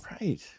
right